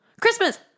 Christmas